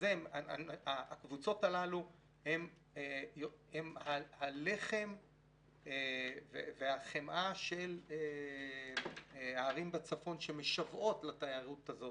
הקבוצות הללו הן הלחם והחמאה של הערים בצפון שמשוועות לתיירות הזאת.